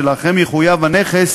שאחריהם יחויב הנכס